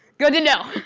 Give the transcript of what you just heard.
good to know.